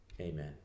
amen